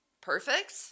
Perfect